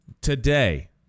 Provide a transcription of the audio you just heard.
Today